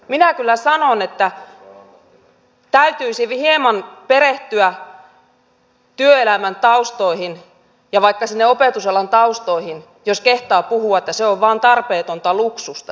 minä kyllä sanon että täytyisi hieman perehtyä työelämän taustoihin ja vaikka sinne opetusalan taustoihin jos kehtaa puhua että se vuorotteluvapaa on vain tarpeetonta luksusta